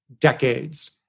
decades